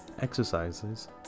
Exercises